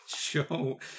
Show